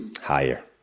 Higher